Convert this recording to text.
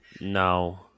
No